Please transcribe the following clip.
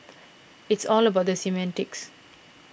it's all about the semantics